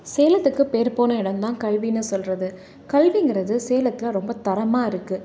சேலத்துக்கு பேர் போன இடம் தான் கல்வின்னு சொல்லுறது கல்விங்கிறது சேலத்தில் ரொம்ப தரமாக இருக்கு